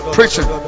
Preaching